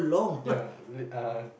ya with a